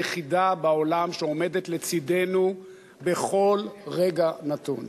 היחידה בעולם שעומדת לצדנו בכל רגע נתון.